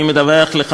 אני מדווח לך,